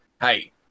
hey